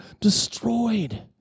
destroyed